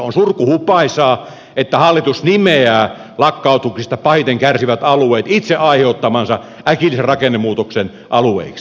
on surkuhupaisaa että hallitus nimeää lakkautuksista pahiten kärsivät alueet itse aiheuttamansa äkillisen rakennemuutoksen alueiksi